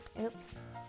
Oops